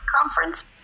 conference